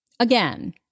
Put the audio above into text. Again